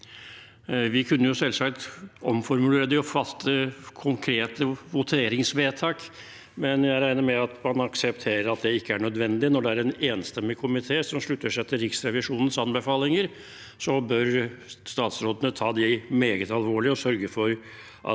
Vi kunne selvsagt omformulert dem og fattet konkrete voteringsvedtak, men jeg regner med at man aksepterer at det ikke er nødvendig. Når det er en enstemmig komité som slutter seg til Riksrevisjonens anbefalinger, bør statsrådene ta det meget alvorlig og sørge for at